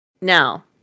now